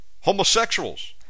Homosexuals